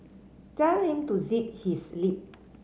tell him to zip his lip